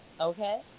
okay